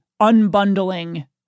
unbundling